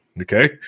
okay